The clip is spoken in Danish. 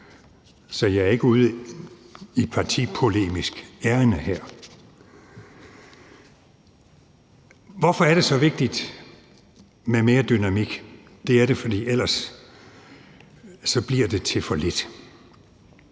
Så jeg er ikke ude i noget partipolemisk ærinde her. Hvorfor er det så vigtigt med mere dynamik? Det er det, for ellers bliver det til for lidt.